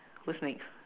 who's next